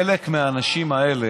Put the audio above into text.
חלק מהאנשים האלה,